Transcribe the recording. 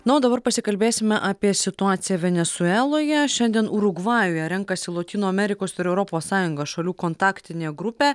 na o dabar pasikalbėsime apie situaciją venesueloje šiandien urugvajuje renkasi lotynų amerikos ir europos sąjungos šalių kontaktinė grupė